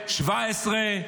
2017,